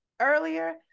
earlier